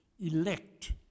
elect